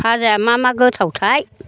फाजाया मा मा गोथावथाय